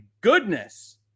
goodness